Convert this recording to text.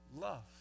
love